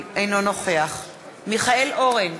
אינו נוכח מיכאל אורן,